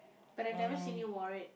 but I've never seen you wore it